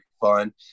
fun